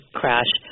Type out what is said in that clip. crash